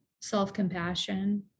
self-compassion